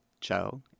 Joe